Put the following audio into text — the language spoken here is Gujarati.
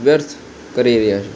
વ્યર્થ કરી રહ્યા છે